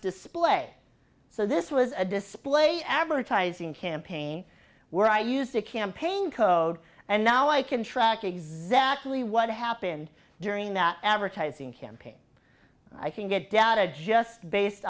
display so this was a display advertising campaign where i used to campaign code and now i can track exactly what happened during that advertising campaign i can get data just based